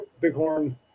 Bighorn